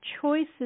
choices